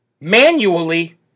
Manually